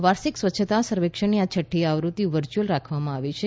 વાર્ષિક સ્વચ્છતા સર્વેક્ષણની આ છઠ્ઠી આવૃત્તિ વર્ચ્યુઅલ રાખવામાં આવી છે